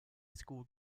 school